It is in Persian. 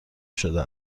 شده